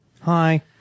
Hi